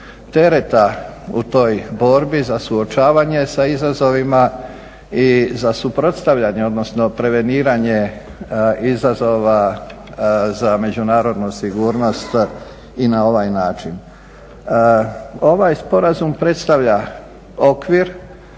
tereta u toj borbi, za suočavanje u izazovima i za suprotstavljanje odnosno preveniranje izazova za međunarodnu sigurnost i na ovaj način. Ovaj sporazum predstavlja okvir